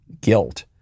guilt